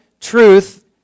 truth